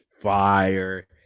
fire